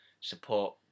support